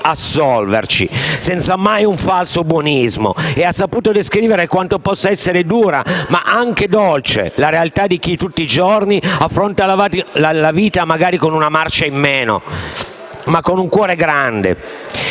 senza mai assolverci, senza mai falso buonismo. E ha saputo descrivere quanto possa essere dura, ma anche dolce, la realtà di chi tutti i giorni affronta la vita, magari con una marcia in meno ma con un cuore grande,